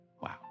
Wow